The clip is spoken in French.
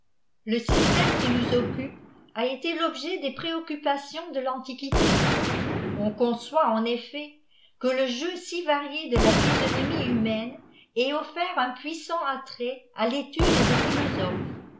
le système qui nous occupe a été l'objet des préoccupations de l'antiquité on conçoit en effet que le jeu si varié de la phvsionomie humaine ait offert un puissant attrait à l'étude des pnilosophes